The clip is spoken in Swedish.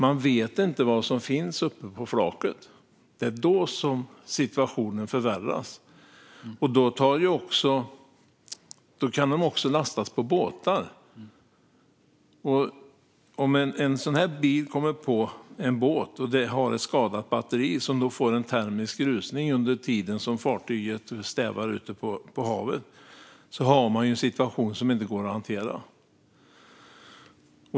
Man vet inte vad som finns på flaket, och det är då situationen förvärras. Då kan de även lastas på båtar. Om en sådan bil kommer upp på en båt och har ett skadat batteri som får en termisk rusning under tiden som fartyget stävar ute på havet får man en situation som inte går att hantera.